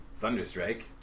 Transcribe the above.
Thunderstrike